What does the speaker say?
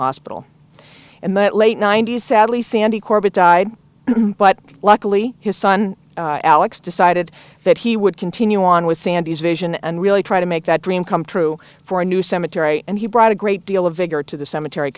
hospital in the late ninety's sadly sandy corbett died but luckily his son alex decided that he would continue on with sandy's vision and really try to make that dream come true for a new cemetery and he brought a great deal of vigor to the cemetery